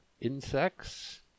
insects